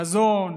מזון,